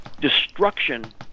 destruction